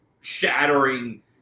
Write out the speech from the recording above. shattering